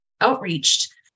outreached